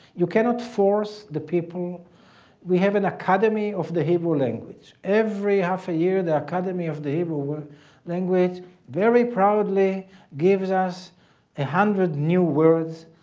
you cannot force the people we have an academy of the hebrew language. every half a year the academy of the hebrew language very proudly gives us a hundred new words